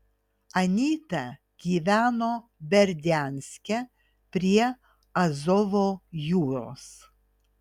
anyta gyveno berdianske prie azovo jūros